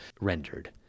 rendered